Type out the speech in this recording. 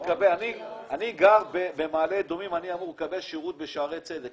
אני גר במעלה אדומים ואני אמור לקבל שירות בשערי צדק.